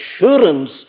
assurance